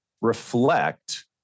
reflect